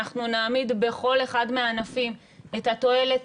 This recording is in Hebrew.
אנחנו נעמיד בכל אחד מהענפים את התועלת